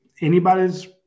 anybody's